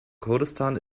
kurdistan